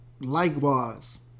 likewise